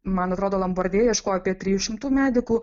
man rodo lombardijoj ieškojo apie trijų šimtų medikų